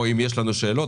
או אם יש לנו שאלות,